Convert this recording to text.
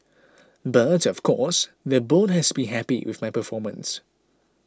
but of course the board has to be happy with my performance